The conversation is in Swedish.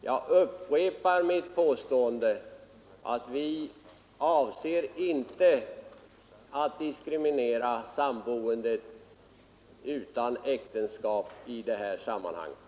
Jag upprepar mitt påstående att vi inte avser att diskriminera sammanboende utan äktenskap i det här sammanhanget.